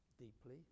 deeply